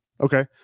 okay